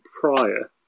prior